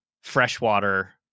freshwater